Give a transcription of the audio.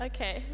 Okay